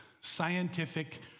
scientific